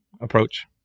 approach